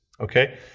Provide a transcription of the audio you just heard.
Okay